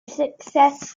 success